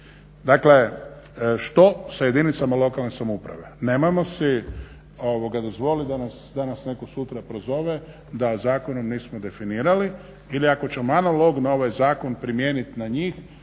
Dakle što sa jedinicama lokalne samouprave? nemojmo si dozvoliti da nas netko danas sutra prozove da zakonom nismo definirali ili ako ćemo analogno ovaj zakon primijeniti na njih